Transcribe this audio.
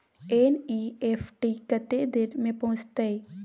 NEFT कत्ते देर में पहुंचतै?